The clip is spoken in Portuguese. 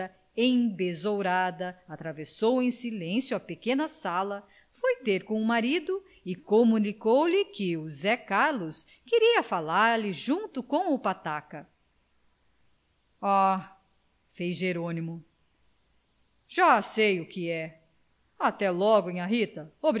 a outra embesourada atravessou em silêncio a pequena sala foi ter com o marido e comunicou lhe que o zé carlos queria falar-lhe junto com o pataca ah fez jerônimo já sei o que é até logo nhá rita